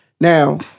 Now